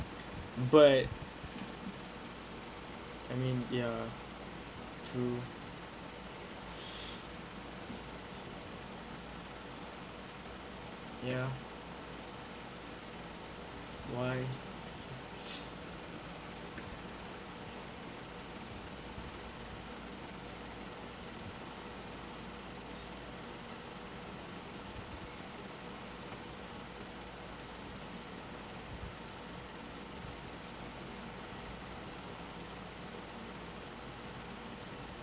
but I mean ya true ya why